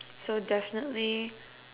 so definitely